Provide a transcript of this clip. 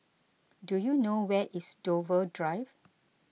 do you know where is Dover Drive